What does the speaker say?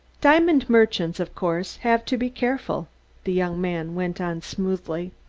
diamond merchants, of course, have to be careful the young man went on smoothly.